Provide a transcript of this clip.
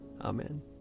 Amen